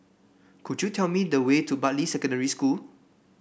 could you tell me the way to Bartley Secondary School